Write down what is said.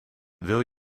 wil